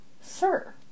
Sir